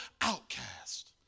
outcast